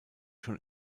schon